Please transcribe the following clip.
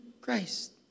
Christ